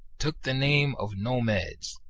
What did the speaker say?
took the name of nomads.